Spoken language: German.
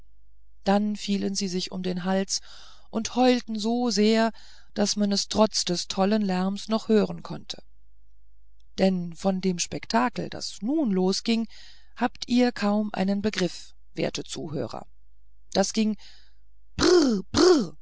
dann fielen sie sich um den hals und heulten so sehr daß man es trotz des tollen lärms doch hören konnte denn von dem spektakel der nun losging habt ihr kaum einen begriff werte zuhörer das ging